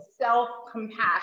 self-compassion